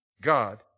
God